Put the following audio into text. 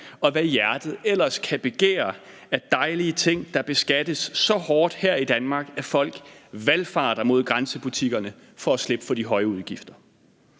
og hvad hjertet ellers kan begære af dejlige ting, der beskattes så hårdt her i Danmark, at folk valfarter mod grænsebutikkerne for at slippe for de høje udgifter.